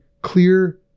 clear